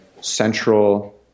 central